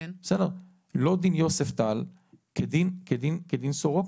לא דין יוספטל כדין סורוקה.